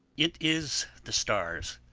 it is the stars,